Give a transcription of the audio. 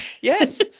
Yes